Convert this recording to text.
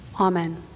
Amen